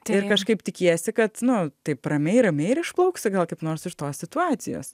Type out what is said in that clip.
tai kažkaip tikiesi kad nu taip ramiai ramiai ir išplauksi gal kaip nors iš tos situacijos